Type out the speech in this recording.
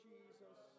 Jesus